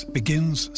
begins